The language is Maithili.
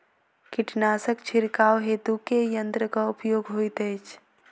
कीटनासक छिड़काव हेतु केँ यंत्रक प्रयोग होइत अछि?